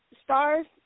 stars